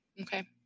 Okay